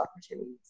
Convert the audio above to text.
opportunities